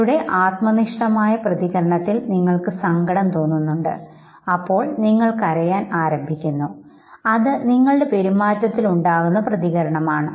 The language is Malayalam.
നിങ്ങളുടെ ആത്മനിഷ്ഠമായ പ്രതികരണത്തിൽ നിങ്ങൾക്ക് സങ്കടം തോന്നുന്നുണ്ട് അപ്പോൾ നിങ്ങൾ കരയാൻ ആരംഭിക്കുന്നു അത് നിങ്ങളുടെ പെരുമാറ്റത്തിൽ ഉണ്ടാകുന്ന പ്രതികരണമാണ്